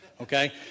okay